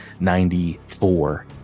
94